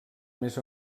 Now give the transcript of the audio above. més